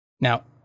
Now